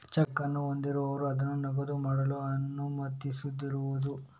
check ಅನ್ನು ಹೊಂದಿರುವವರು ಅದನ್ನು ನಗದು ಮಾಡಲು ಅನುಮತಿಸದಿರುವುದು